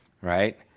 right